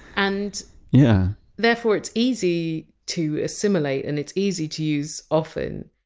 and yeah therefore it's easy to assimilate and it's easy to use often.